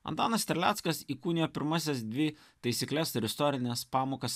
antanas terleckas įkūnija pirmąsias dvi taisykles ir istorines pamokas